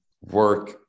work